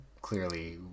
clearly